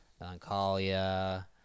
Melancholia